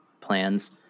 plans